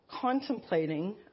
contemplating